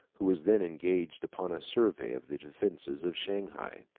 who was then engaged upon a survey of the defenses of shanghai.